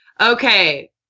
Okay